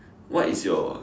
what is your